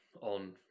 on